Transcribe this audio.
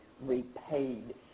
repaid